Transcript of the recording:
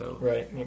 Right